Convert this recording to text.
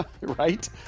right